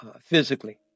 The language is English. Physically